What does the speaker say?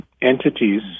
entities